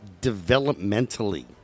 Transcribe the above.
developmentally